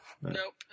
Nope